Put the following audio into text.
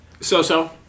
So-so